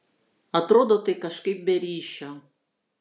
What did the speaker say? atrodo tai kažkaip be ryšio